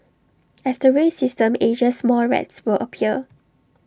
as the rail system ages more rats will appear